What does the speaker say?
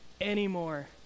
anymore